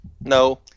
No